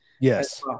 Yes